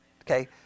Okay